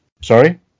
sorry